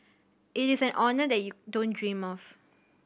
it is an honour that you don't dream of